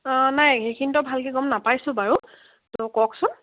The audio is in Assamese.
অঁ নাই সেইখিনিতো ভালকৈ গম নাপাইছোঁ বাৰু ত' কওকচোন